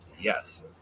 Yes